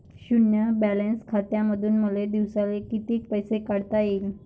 शुन्य बॅलन्स खात्यामंधून मले दिवसाले कितीक पैसे काढता येईन?